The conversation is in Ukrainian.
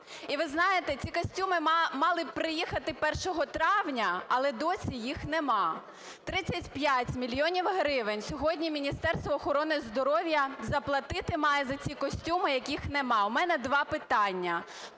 І, ви знаєте, ці костюми мали б приїхати 1 травня, але досі їх нема. 35 мільйонів гривень сьогодні Міністерство охорони здоров'я заплатити має за ці костюми, яких нема. У мене два питання: